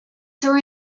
through